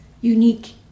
unique